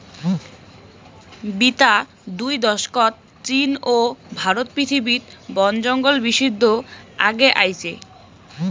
বিতা দুই দশকত চীন ও ভারত পৃথিবীত বনজঙ্গল বিদ্ধিত আগে আইচে